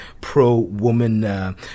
pro-woman